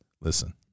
Listen